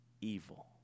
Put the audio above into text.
evil